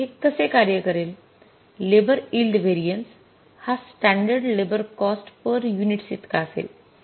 तर हे कसे कार्य करेल लेबर यील्ड व्हेरिएन्स हा standard labour cost per units इतका असेल